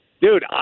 Dude